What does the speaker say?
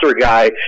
guy